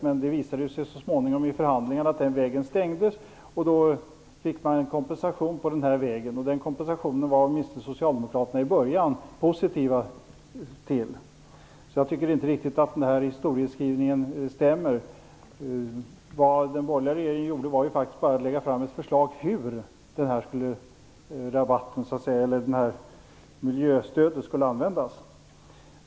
Men det visade sig så småningom i förhandlingarna att den vägen stängdes, och då fick man en kompensation den här vägen. Den kompensationen var socialdemokraterna åtminstone positiva till i början. Jag tycker inte riktigt att historieskrivningen stämmer. Vad den borgerliga regeringen gjorde var faktiskt bara att lägga fram ett förslag om hur rabatten eller miljöstödet skulle användas.